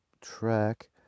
track